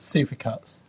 Supercuts